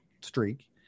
streak